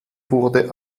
wurde